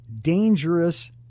dangerous